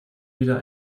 wieder